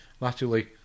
latterly